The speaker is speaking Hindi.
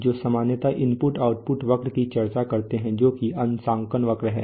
जो सामान्यत इनपुट आउटपुट वक्र की चर्चा करते हैं जोकि अंशांकन वक्र है